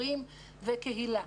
הורים וקהילה.